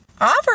offer